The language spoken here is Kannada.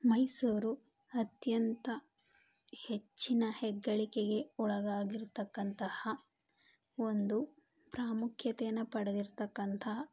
ಮೈಸೂರು ಅತ್ಯಂತ ಹೆಚ್ಚಿನ ಹೆಗ್ಗಳಿಕೆಗೆ ಒಳಗಾಗಿರತಕ್ಕಂತಹ ಒಂದು ಪ್ರಾಮುಖ್ಯತೆಯನ್ನು ಪಡೆದಿರತಕ್ಕಂತಹ